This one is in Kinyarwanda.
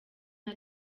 nta